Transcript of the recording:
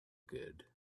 good